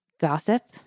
gossip